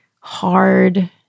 hard